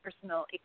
personal